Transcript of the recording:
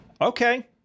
Okay